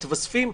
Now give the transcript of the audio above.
מתווספים,